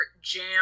jam